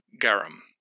garum